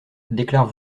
déclare